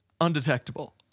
undetectable